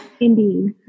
indeed